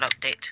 update